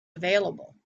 available